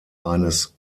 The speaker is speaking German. eines